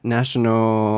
National